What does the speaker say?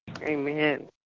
amen